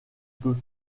peu